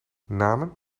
namen